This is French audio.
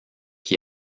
qui